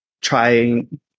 trying